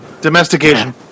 Domestication